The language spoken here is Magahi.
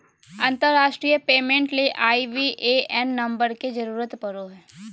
अंतरराष्ट्रीय पेमेंट ले आई.बी.ए.एन नम्बर के जरूरत पड़ो हय